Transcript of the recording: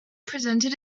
presented